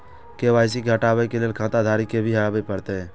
KYC हटाबै के लैल खाता धारी के भी आबे परतै?